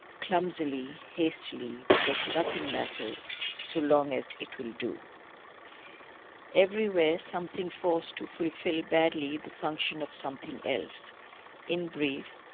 clumsily, hastily, because nothing matters so long as it will do everywhere something forced to fulfil, badly, the function of something else in brief,